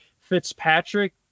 Fitzpatrick